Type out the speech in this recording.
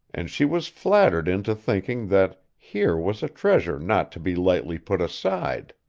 and she was flattered into thinking that here was a treasure not to be lightly put aside.